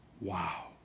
Wow